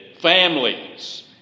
families